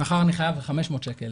מחר אני חייב 500 שקל.